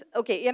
okay